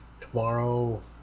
tomorrow